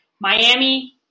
Miami